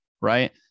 right